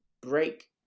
break